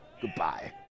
Goodbye